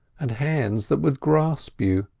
and hands that would grasp you.